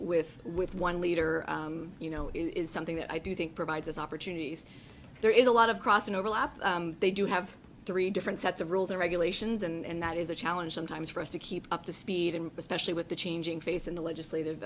with with one leader you know is something that i do think provides opportunities there is a lot of cross an overlap they do have three different sets of rules and regulations and that is a challenge sometimes for us to keep up to speed and especially with the changing face in the legislative